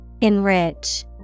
enrich